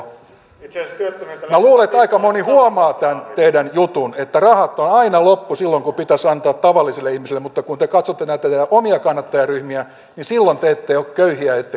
minä luulen että aika moni huomaa tämän teidän juttunne että rahat ovat aina lopussa silloin kun pitäisi antaa tavalliselle ihmiselle mutta kun te katsotte näitä teidän omia kannattajaryhmiänne niin silloin te ette ole köyhiä ettekä kipeitä